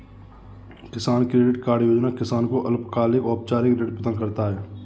किसान credit card योजना किसान को अल्पकालिक औपचारिक ऋण प्रदान करता है